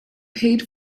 paid